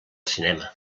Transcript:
cinema